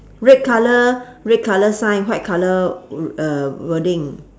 red colour red colour sign white colour uh wording